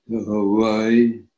Hawaii